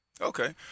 Okay